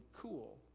cool